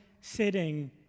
sitting